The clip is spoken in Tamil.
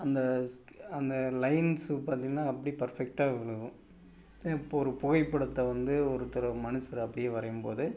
அந்த ஸ் அந்த லைன்ஸ்ஸு பார்த்திங்கன்னா அப்டே பர்ஃபெக்ட்டாக விலுகும் இப்போ ஒரு புகைப்படத்தை வந்து ஒருத்தரை மனசில் அப்படியே வரையும்போது